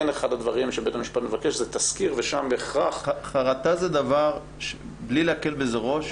אחד הדברים שבית המשפט מבקש זה תסקיר ושם בהכרח --- בלי להקל בזה ראש,